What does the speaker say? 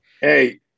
Hey